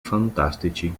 fantastici